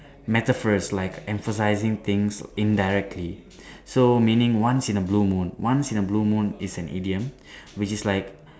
metaphors like emphasizing things indirectly so meaning once in a blue moon once in a blue moon is an idiom which is like